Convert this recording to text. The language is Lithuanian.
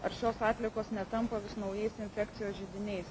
ar šios atliekos netampa vis naujais infekcijos židiniais